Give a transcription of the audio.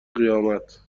قیامت